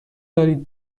دارید